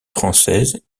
française